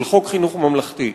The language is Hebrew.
של חוק חינוך ממלכתי,